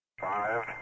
Five